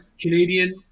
Canadian